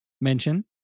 mention